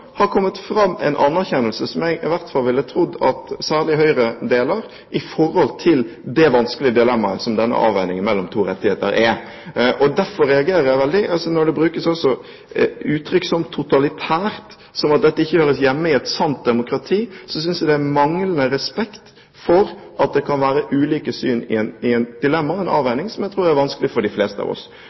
har kommet fram en anerkjennelse – som jeg i alle fall ville ha trodd at særlig Høyre deler – i forhold til det vanskelige dilemmaet som denne avveiningen mellom to rettigheter er. Derfor reagerer jeg veldig. Når det brukes uttrykk som «totalitært», og at dette ikke hører hjemme i et sant demokrati, synes jeg det er manglende respekt for at det kan være ulike syn i et dilemma, i en avveining, som jeg tror er vanskelig for de fleste av oss.